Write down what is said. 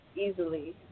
easily